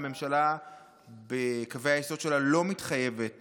הממשלה בקווי היסוד שלה לא מתחייבת